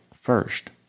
first